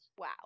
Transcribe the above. Wow